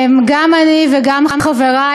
גם אני וגם חברי,